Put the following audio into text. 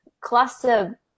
cluster